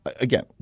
again